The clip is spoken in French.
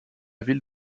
ville